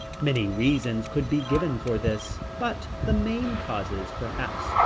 many reasons could be given for this, but the main causes perhaps,